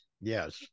Yes